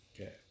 Okay